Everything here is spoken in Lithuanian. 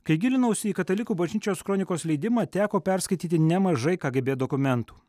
kai gilinausi į katalikų bažnyčios kronikos leidimą teko perskaityti nemažai kgb dokumentų